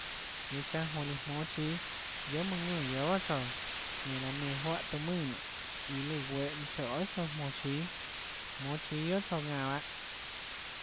Guiaâ çánhå jonã líã jmónâ chíâ guiohà mønã ðúnã guiohà tsouã ñanã laã nenã juáhã taã mùnã nonê iã lùã guehå mønã choê guiohà tsouã jmonå chíâ jmónâ chíâ guiohà tsouã ðanã bahâ